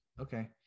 Okay